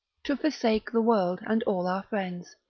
to forsake the world and all our friends,